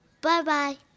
Bye-bye